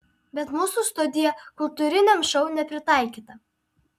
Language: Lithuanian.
bet mūsų studija kultūriniam šou nepritaikyta